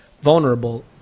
vulnerable